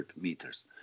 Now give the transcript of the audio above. meters